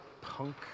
punk